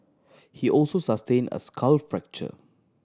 he also sustained a skull fracture